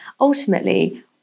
ultimately